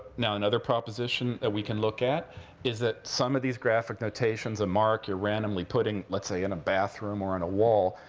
now, another proposition that we can look at is that some of these graphic notations, a mark you're randomly putting, let's say, in a bathroom or on a wall,